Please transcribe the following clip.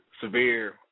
severe